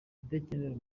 idakenera